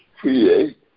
create